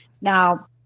now